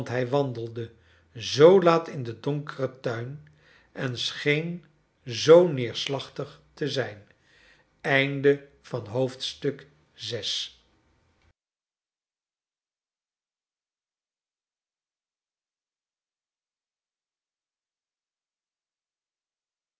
hij wandelde zoo laat in den donkeren tuin en scheen zoo neerslachtig te zijn